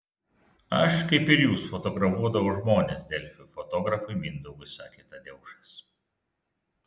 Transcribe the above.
aš kaip ir jūs fotografuodavau žmones delfi fotografui mindaugui sako tadeušas